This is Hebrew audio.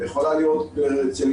יכולה להיות לצליאקים,